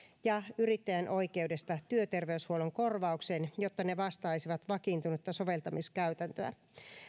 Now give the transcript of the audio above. ja yrittäjän oikeudesta työterveyshuollon korvaukseen jotta ne vastaisivat vakiintunutta soveltamiskäytäntöä